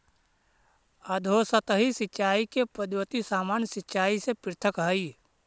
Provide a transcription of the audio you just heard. अधोसतही सिंचाई के पद्धति सामान्य सिंचाई से पृथक हइ